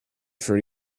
for